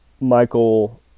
Michael